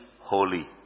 holy